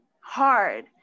hard